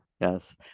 Yes